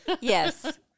Yes